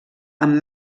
amb